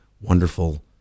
wonderful